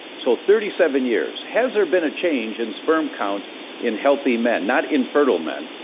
so thirty seven years. has there been a change in sperm count in healthy men, not in fertile men,